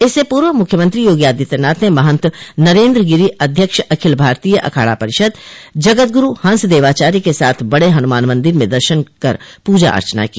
इससे पूर्व मुख्यमंत्री योगी आदित्यनाथ ने महन्त नरेन्द्र गिरि अध्यक्ष अखिल भारतीय अखाड़ा परिषद जगद्गुरू हंसदेवाचार्य के साथ बड़े हनुमान मन्दिर में दर्शन कर पूजा अर्चना की